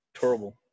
terrible